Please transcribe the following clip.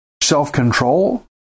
self-control